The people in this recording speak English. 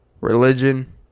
religion